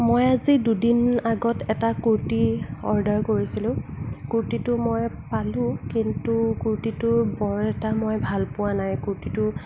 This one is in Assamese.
মই আজি দুদিন আগত এটা কুৰ্তী অৰ্ডাৰ কৰিছিলোঁ কুৰ্তীটো মই পালোঁ কিন্তু কুৰ্তীটো বৰ এটা মই ভাল পোৱা নাই কুৰ্তীটো